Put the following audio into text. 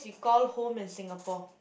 call home in Singapore